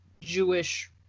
Jewish